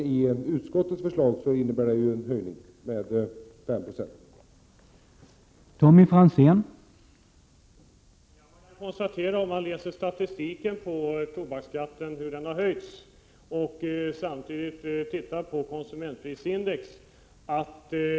Även utskottets förslag innebär alltså en allmän höjning av skattenivån med 5 96.